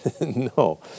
No